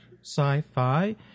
Sci-Fi